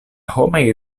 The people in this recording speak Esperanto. homaj